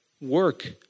work